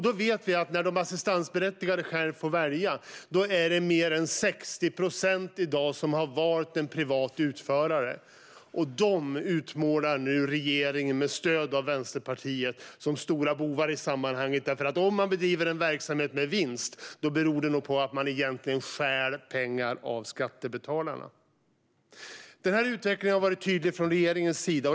Vi vet att det i dag är mer än 60 procent av de assistansberättigade som har valt privata utförare. Dessa utmålar nu regeringen, med stöd av Vänsterpartiet, som stora bovar i sammanhanget - om man bedriver en verksamhet som går med vinst beror det nog på att man egentligen stjäl pengar av skattebetalarna. Denna utveckling har varit tydlig från regeringens sida.